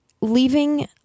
leaving